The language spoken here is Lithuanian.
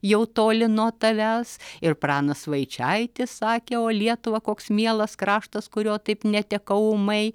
jau toli nuo tavęs ir pranas vaičaitis sakė o lietuva koks mielas kraštas kurio taip netekau ūmai